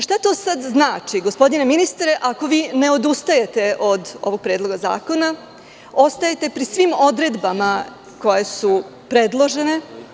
Šta to sad znači, gospodine ministre, ako vi ne odustajete od ovog predloga zakona i ostajete pri svim odredbama koje su predložene?